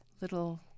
little